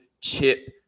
chip